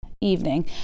evening